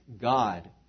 God